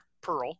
Pearl